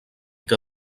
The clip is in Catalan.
que